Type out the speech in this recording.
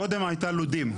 קודם הייתה לודים.